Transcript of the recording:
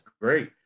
great